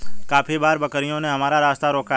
काफी बार बकरियों ने हमारा रास्ता रोका है